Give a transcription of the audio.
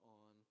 on